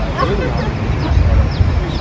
ah early on in his first articles